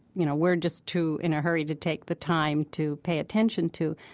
you know, we're just too in a hurry to take the time to pay attention to,